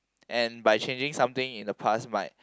and by changing something in the past might